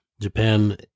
Japan